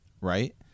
right